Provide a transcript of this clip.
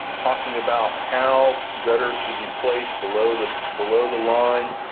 talking about how gutters should be placed below the below the line.